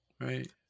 right